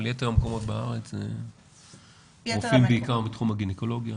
אבל ביתר המקומות בארץ זה רופאים בעיקר בתחום הגניקולוגיה.